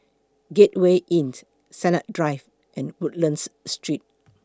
Gateway Inn Sennett Drive and Woodlands Street